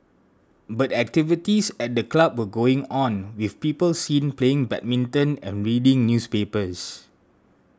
but activities at the club were going on with people seen playing badminton and reading newspapers